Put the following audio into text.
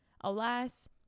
alas